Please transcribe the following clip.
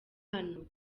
hano